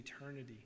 eternity